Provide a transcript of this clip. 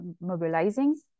mobilizing